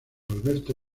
alberto